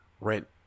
rent